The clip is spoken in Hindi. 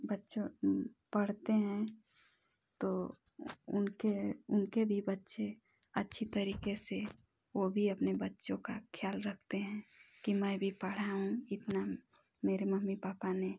बच्चों पढ़ते हैं तो उनके उनके भी बच्चे अच्छी तरीके से वो भी अपने बच्चों का ख्याल रखते हैं कि मैं भी पढ़ाऊँ इतना मेरे मम्मी पापा ने